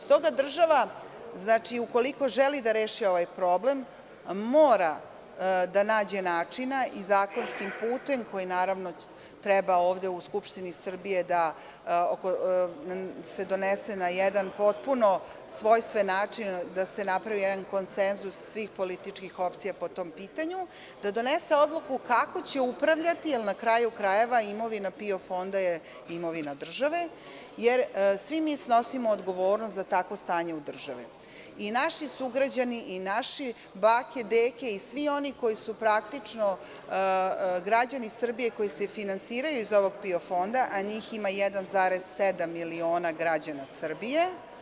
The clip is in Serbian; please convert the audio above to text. Stoga država, ukoliko želi da reši ovaj problem, mora da nađe načina i zakonskim putem, koji treba ovde u Skupštini Srbije da se donese na jedan potpuno svojstven način, da se napravi jedan konsenzus svih političkih opcija po tom pitanju, da donese odluku kako će upravljati, jer na kraju krajeva, imovina PIO fonda je imovina države, jer svi mi snosimo odgovornost za takvo stanje u državi, i naši sugrađani, naše bake i deke i svi oni koji su praktično građani Srbije, koji se finansiraju iz ovog PIO fonda, a njih ima 1,7 miliona građana Srbije.